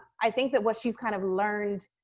i think that what she's kind of learned,